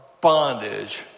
bondage